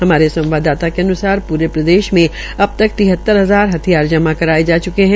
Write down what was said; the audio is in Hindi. हमारे संवाददाता के अन्सार पूरे प्रदेश मे अबतक तिहतर हजार हथियार जमा कराये जा च्के है